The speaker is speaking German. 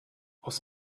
aus